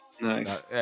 Nice